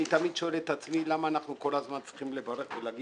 אני תמיד שואל את עצמי למה אנחנו כל הזמן צריכים לברך ולומר